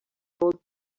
old